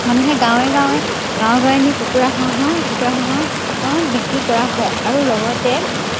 মানুহে গাঁৱে গাঁৱে গাঁৱে গাঁৱে নি কুকুৰা হাঁহৰ কুকুৰা হাঁহৰ বিক্ৰী কৰা হয় আৰু লগতে